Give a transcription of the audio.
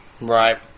Right